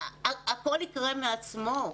הכול יקרה מעצמו.